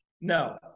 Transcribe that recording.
no